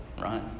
Right